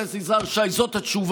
שמעת את הדברים